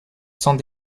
sans